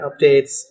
updates